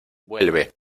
vuelve